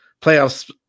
playoffs